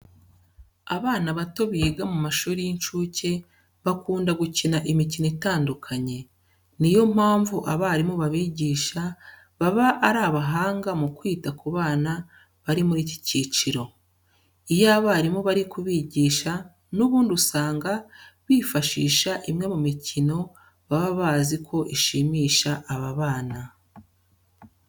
Abana bato biga mu mashuri y'incuke bakunda gukina imikino itandukanye. Niyo mpamvu abarimu babigisha, baba ari abahanga mu kwita ku bana bari muri iki cyiciro. Iyo abarimu bari kubigisha n'ubundi usanga bifashisha imwe mu mikino baba bazi ko ishimisha aba bana.